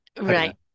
Right